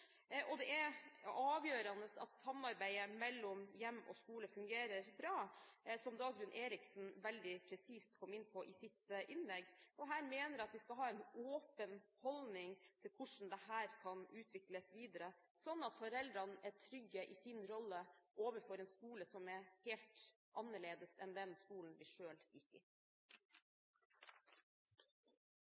og det er avgjørende at samarbeidet mellom hjem og skole fungerer bra, som Dagrun Eriksen veldig presist kom inn på i sitt innlegg. Her mener jeg at vi skal ha en åpen holdning til hvordan dette kan utvikles videre, slik at foreldrene er trygge i sin rolle overfor en skole som er helt annerledes enn den skolen de selv gikk i.